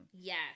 Yes